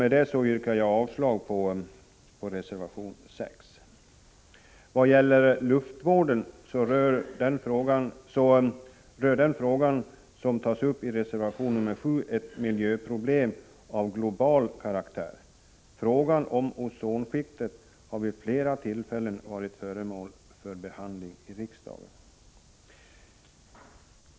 Med detta yrkar jag avslag på reservation 6. När det gäller luftvården rör den fråga som tas upp i reservation 7 ett miljöproblem av global karaktär. Frågan om ozonskiktet har vid flera tillfällen varit föremål för behandling i riksdagen.